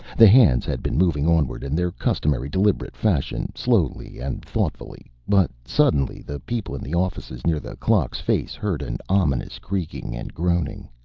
the hands had been moving onward in their customary deliberate fashion, slowly and thoughtfully, but suddenly the people in the offices near the clock's face heard an ominous creaking and groaning.